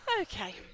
Okay